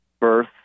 birth